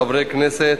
חברי הכנסת,